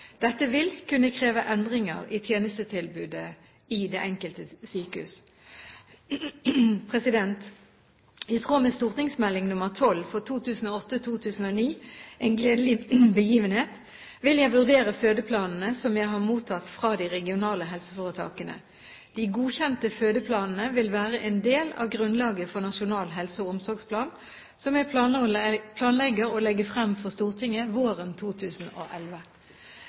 Dette vil kunne kreve endringer i tjenestetilbudet i det enkelte sykehus. I tråd med St.meld. nr. 12 for 2008–2009 En gledelig begivenhet vil jeg vurdere fødeplanene som jeg har mottatt fra de regionale helseforetakene. De godkjente fødeplanene vil være en del av grunnlaget for Nasjonal helse- og omsorgsplan, som jeg planlegger å legge frem for Stortinget våren 2011.